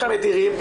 איך מדירים?